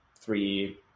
three